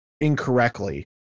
incorrectly